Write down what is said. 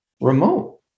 remote